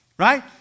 right